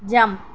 jump